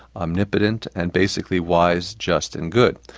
omnipotent and basically wise, just and good.